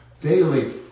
daily